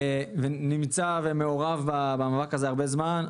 אני נמצא ומעורב במאבק הזה הרבה זמן.